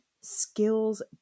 skills